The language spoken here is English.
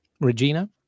Regina